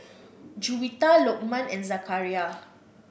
Juwita Lokman and Zakaria